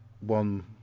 one